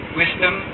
wisdom